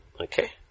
okay